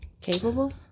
Capable